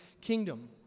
kingdom